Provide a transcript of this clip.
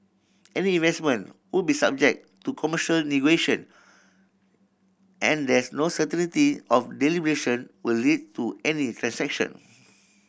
any investment would be subject to commercial negotiation and there's no of deliberation will lead to any transaction